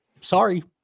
Sorry